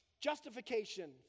justification